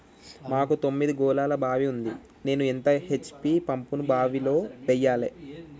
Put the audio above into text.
మాకు తొమ్మిది గోళాల బావి ఉంది నేను ఎంత హెచ్.పి పంపును బావిలో వెయ్యాలే?